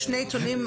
בשני עיתונים,